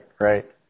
right